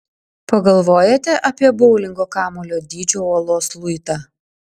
pagalvojate apie boulingo kamuolio dydžio uolos luitą